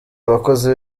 abakozi